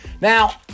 Now